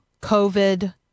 COVID